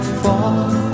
fall